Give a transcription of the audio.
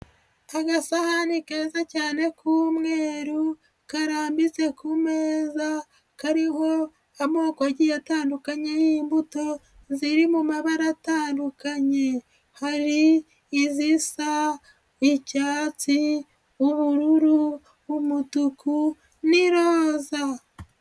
Agasahani keza cyane k'umweru, karambitse ku meza, kariho amoko agiye atandukanye y'imbuto, ziri mu mabara atandukanye. Hari izisa icyatsi, ubururu, umutuku n'iroza.